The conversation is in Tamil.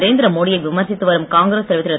நரேந்திர மோடி யை விமர்சித்து வரும் காங்கிரஸ் தலைவர் திரு